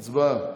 הצבעה.